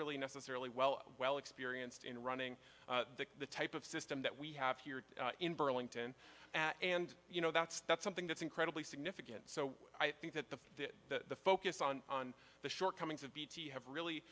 really necessarily well well experienced in running the type of system that we have here in burlington and you know that's that's something that's incredibly significant so i think that the focus on on the shortcomings of bt have really